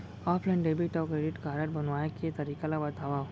Offline debit अऊ credit card बनवाए के तरीका ल बतावव?